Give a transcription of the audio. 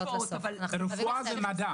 רפואה זה מדע.